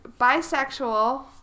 bisexual